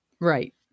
Right